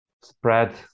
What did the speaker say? spread